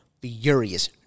furious